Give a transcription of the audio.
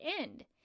end